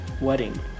wedding